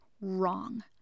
wrong